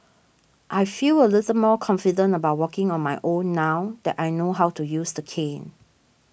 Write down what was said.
I feel a little more confident about walking on my own now that I know how to use the cane